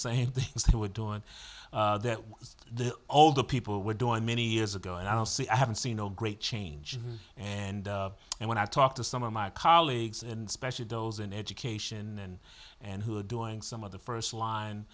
same things they were doing there just the older people were doing many years ago and i don't see i haven't seen a great change and when i talk to some of my colleagues and specially those in education and and who are doing some of the first line